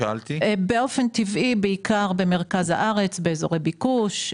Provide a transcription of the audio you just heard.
באופן טבעי בעיקר במרכז הארץ, באזורי ביקוש.